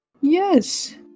Yes